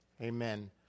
Amen